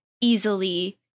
easily